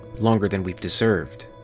longer than we've deserved.